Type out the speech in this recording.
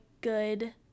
good